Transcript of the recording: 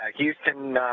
houston,